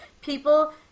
people